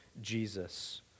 Jesus